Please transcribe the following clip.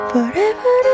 Forever